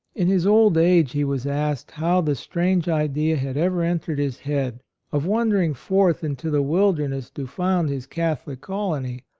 in his old age he was asked how the strange idea had ever entered his head of wandering forth into the wilderness to found his catholic colony,